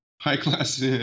high-class